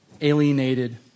alienated